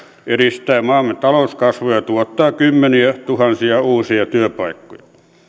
edistää maamme talouskasvua ja tuottaa kymmeniätuhansia uusia työpaikkoja